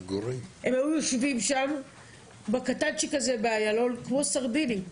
הם היו יושבים שם בקטנצ'יק הזה באילון כמו סרדינים.